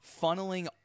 Funneling